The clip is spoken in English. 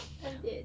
I'm dead